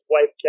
wife